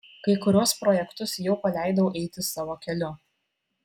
kai kuriuos projektus jau paleidau eiti savo keliu